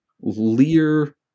Lear